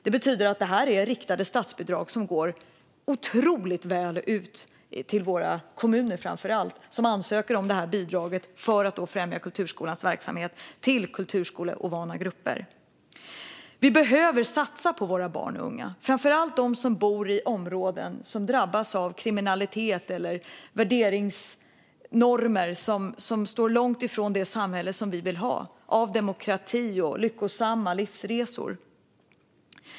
Det betyder att det här var riktade statsbidrag som har nått ut otroligt väl till framför allt kommuner som ansökt om bidraget för att främja kulturskolans verksamhet till kulturskoleovana grupper. Vi behöver satsa på barn och unga, framför allt på dem som bor i områden som drabbas av kriminalitet eller värderingsnormer som står långt ifrån det samhälle som vi vill ha av demokrati och lyckosamma livsresor.